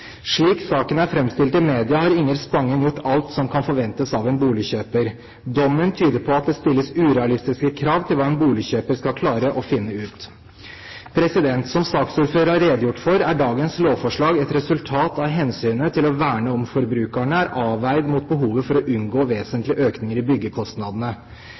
Slik saken er framstilt i media, har Inger Spangen gjort alt som kan forventes av en boligkjøper. Dommen tyder på at det stilles urealistiske krav til hva en boligkjøper skal klare å finne ut. Som saksordføreren har redegjort for, er dagens lovforslag et resultat av hensynet til å verne om forbrukerne avveid mot behovet for å unngå vesentlige økninger i byggekostnadene.